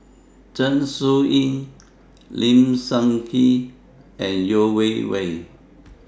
Zeng Shouyin Lim Sun Gee and Yeo Wei Wei